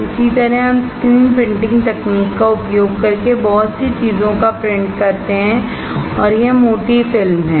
इसी तरह हम स्क्रीन प्रिंटिंग तकनीक का उपयोग करके बहुत सी चीजों का प्रिंट करते हैं और यह मोटी फिल्म है